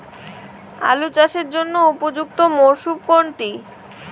আলু চাষের জন্য উপযুক্ত মরশুম কোনটি?